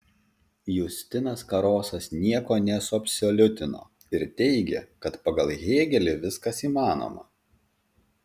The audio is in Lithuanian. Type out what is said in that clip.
justinas karosas nieko nesuabsoliutino ir teigė kad pagal hėgelį viskas įmanoma